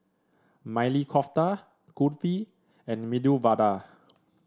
Maili Kofta Kulfi and Medu Vada